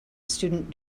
student